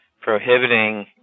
prohibiting